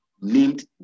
named